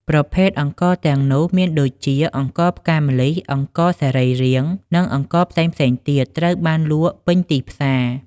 ប្រភេទអង្ករទាំងនោះមានដូចជា អង្ករផ្កាម្លិះ អង្ករសរីរាង្គ និងអង្ករផ្សេងៗទៀតត្រូវបានលក់ពេញទីផ្សារ។